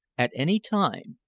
at any time,